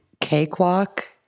cakewalk